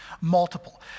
Multiple